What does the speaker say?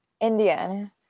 Indian